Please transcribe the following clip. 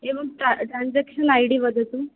एवं ट transaction I D वदतु